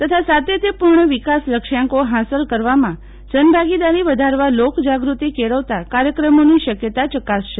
તથા સાતત્યપુર્ણ વિકાસ લક્ષ્યાંકો હાંસલ કરવામાં જનભાગીદારી વધારવા લોકજાગૃતી કેળવતા કાર્યક્રમોની શક્યતા ચકાસશે